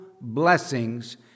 blessings